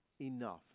enough